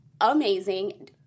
amazing